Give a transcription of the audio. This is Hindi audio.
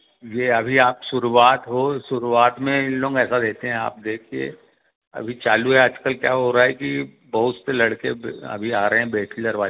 ये अभी आप शुरुवात हो शुरुवात में इन लोग ऐसा रहते है आप देखिए अभी चालू है आजकल क्या हो रहा है कि बहुत से लड़के अभी आ रहे हैं बैचलर वाले